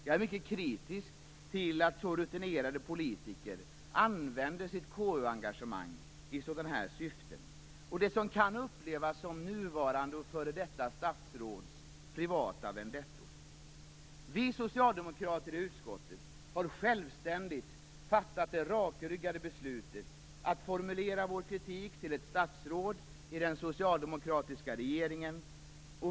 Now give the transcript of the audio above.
Jag är mycket kritisk till att så rutinerade politiker använder sitt KU engagemang i sådana syften och till det som kan upplevas som nuvarande och f.d. statsråds privata vendettor. Vi socialdemokrater i utskottet har självständigt fattat det rakryggade beslutet att formulera vår kritik till ett statsråd i den socialdemokratiska regeringen.